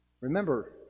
Remember